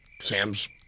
Sam's